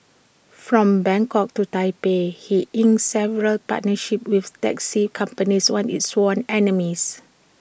from Bangkok to Taipei he's inked several partnerships with taxi companies once its sworn enemies